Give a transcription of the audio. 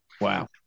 Wow